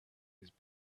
his